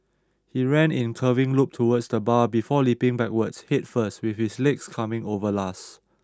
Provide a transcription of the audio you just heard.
he ran in curving loop towards the bar before leaping backwards head first with his legs coming over last